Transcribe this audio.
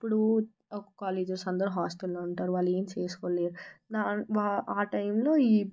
ఇప్పుడు కాలేజెస్ అందరూ హాస్టల్లో ఉంటారు వాళ్ళు ఏం చేసుకోలేరు ఆ టైంలో ఈ